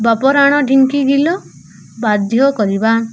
ବାପ ରାଣ ଢିଙ୍କି ଗିଲ ବାଧ୍ୟ କରିବା